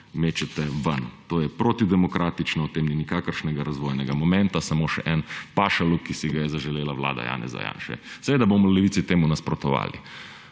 mečete ven. To je protidemokratično, o tem ni nikakršnega razvojnega momenta, samo še en pašaluk, ki si ga je zaželela vlada Janeza Janše. Seveda bomo v Levici temu nasprotovali.